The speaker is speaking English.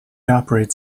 operates